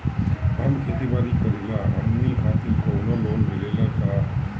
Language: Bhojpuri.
हम खेती बारी करिला हमनि खातिर कउनो लोन मिले ला का?